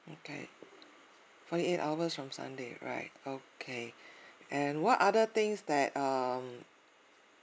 okay forty eight hours from sunday right okay and what other things that um